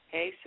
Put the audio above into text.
Hey